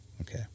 Okay